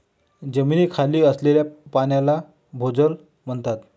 जमिनीखाली असलेल्या पाण्याला भोजल म्हणतात